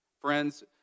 Friends